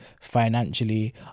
financially